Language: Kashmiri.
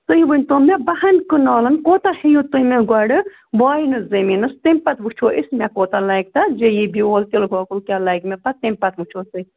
تُہۍ ؤنۍتَو مےٚ باہَن کنالَن کوتاہ ہیٚیِو تُہۍ مےٚ گۄڈٕ واینَس زٔمیٖن تَمہِ پَتہٕ وُچھو أسۍ مےٚ کوتاہ لگہِ تَتھ جے اِی بیٛوٚل تِلہٕ گۄکُل کیٛاہ لَگہِ مےٚ پَتہٕ تَمہِ پَتہٕ وُچھہوس تیٚلہِ